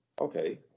okay